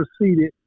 proceeded